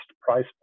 price